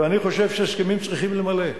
ואני חושב שהסכמים צריכים למלא.